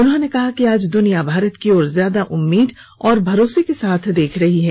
उन्होंने कहा कि आज दुनिया भारत की ओर से ज्यादा उम्मीद और भरोसे के साथ देख रही है